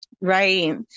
Right